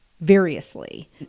variously